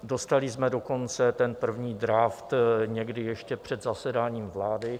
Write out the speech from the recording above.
Dostali jsme dokonce ten první draft někdy ještě před zasedáním vlády.